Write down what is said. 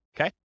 okay